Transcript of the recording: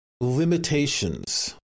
limitations